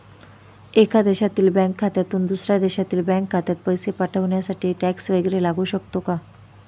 एका देशातील बँक खात्यातून दुसऱ्या देशातील बँक खात्यात पैसे पाठवण्यासाठी टॅक्स वैगरे लागू शकतो का?